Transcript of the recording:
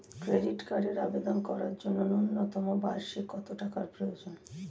Credit কার্ডের আবেদন করার জন্য ন্যূনতম বার্ষিক কত টাকা প্রয়োজন?